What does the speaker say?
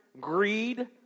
greed